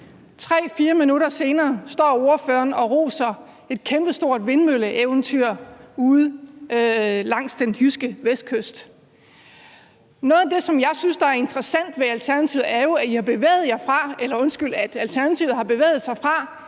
3-4 minutter senere står ordføreren og roser et kæmpestort vindmølleeventyr ude langs den jyske vestkyst. Noget af det, jeg synes er interessant ved Alternativet, er jo, at Alternativet har bevæget sig fra